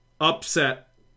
upset